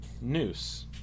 Noose